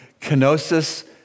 kenosis